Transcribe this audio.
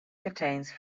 contains